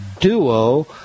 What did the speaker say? duo